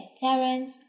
Terence